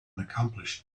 accomplished